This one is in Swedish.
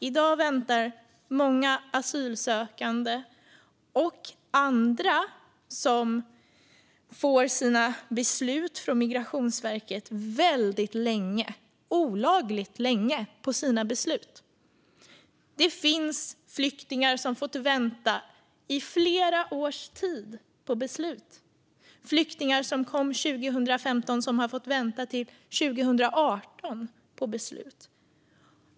I dag väntar många asylsökande och andra som får sina beslut från Migrationsverket väldigt länge - olagligt länge - på sina beslut. Det finns flyktingar som har fått vänta i flera år på beslut. Flyktingar som kom 2015 har fått vänta till 2018 på beslut.